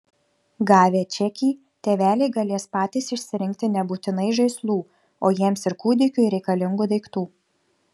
gavę čekį tėveliai galės patys išsirinkti nebūtinai žaislų o jiems ir kūdikiui reikalingų daiktų